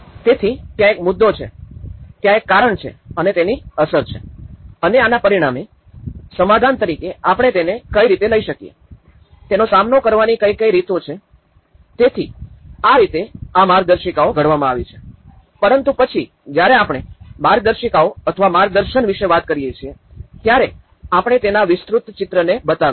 તેથી ત્યાં એક મુદ્દો છે ત્યાં એક કારણ છે અને તેની અસર છે અને આના પરિણામે સમાધાન તરીકે આપણે તેને કઈ રીતે લય શકીએ તેનો સામનો કરવાની કઈ કઈ વિવિધ રીતો છે તેથી આ રીતે આ માર્ગદર્શિકા ઘડવામાં આવી છે પરંતુ પછી જ્યારે આપણે માર્ગદર્શિકાઓ અથવા માર્ગદર્શન વિશે વાત કરીએ છીએ ત્યારે આપણે તેના વિસ્તૃત ચિત્રને બતાવીશું